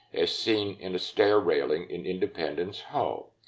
as seen in a stair railing in independence hall.